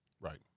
right